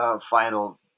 final